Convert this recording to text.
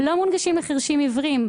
לא מונגשים לחירש עיוור.